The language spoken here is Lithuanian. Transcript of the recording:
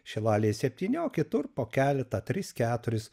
šilalėj septyni o kitur po keletą tris keturis